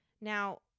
Now